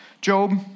Job